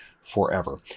forever